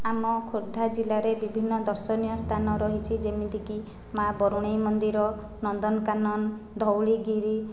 ଆମ ଖୋର୍ଦ୍ଧା ଜିଲ୍ଲାରେ ବିଭିନ୍ନ ଦର୍ଶନୀୟ ସ୍ଥାନ ରହିଛି ଯେମିତିକି ମା' ବରୁଣେଇ ମନ୍ଦିର ନନ୍ଦନକାନନ ଧଉଳିଗିରି